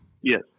Yes